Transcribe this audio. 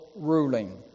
ruling